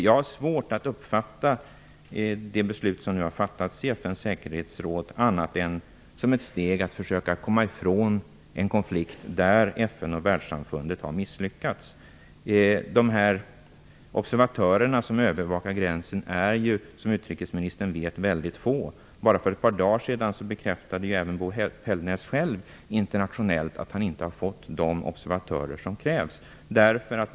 Jag har svårt att uppfatta det beslut som nu har fattats i FN:s säkerhetsråd som annat än ett steg för att försöka komma ifrån en konflikt där FN och världssamfundet har misslyckats. De observatörer som övervakar gränsen är, som utrikesministern vet, mycket få. Bara för ett par dagar sedan bekräftade även Bo Pellnäs själv internationellt att han inte har fått de observatörer som krävs.